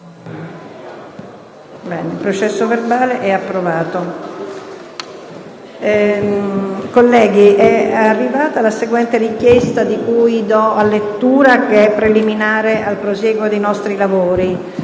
apre una nuova finestra"). Colleghi, è arrivata la seguente richiesta di cui do lettura, che è preliminare al prosieguo dei nostri lavori: